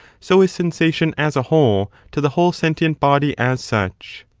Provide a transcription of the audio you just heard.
so is sensation as a whole to the whole sentient body as such.